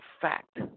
fact